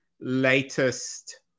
latest